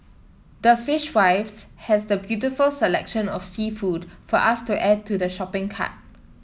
the Fishwives has the beautiful selection of seafood for us to add to shopping cart